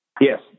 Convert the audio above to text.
yes